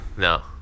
No